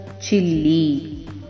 chili